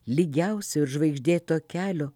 lygiausio ir žvaigždėto kelio